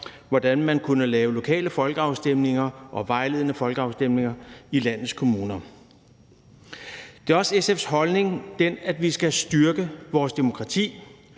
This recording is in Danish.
hvordan man kunne lave lokale folkeafstemninger og vejledende folkeafstemninger i landets kommuner. Det er også SF's holdning, at vi skal styrke vores demokrati,